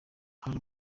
hari